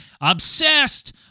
obsessed